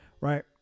right